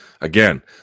Again